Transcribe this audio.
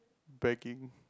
begging